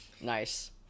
Nice